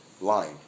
line